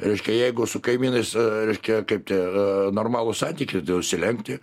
reiškia jeigu su kaimynais reiškia kaip tie normalūs santykiai tai užsilenkti